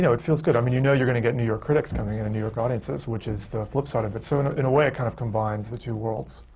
it feels good. i mean, you know you're going to get new york critics coming and new york audiences, which is the flip side of it. so in ah in a way, it kind of combines the two worlds.